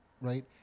Right